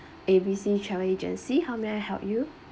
A B C travel agency how may I help you